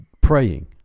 praying